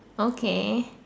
okay